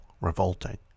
Revolting